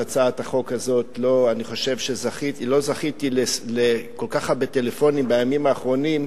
חבל שהוא לא זכה לראות את המעמד הזה,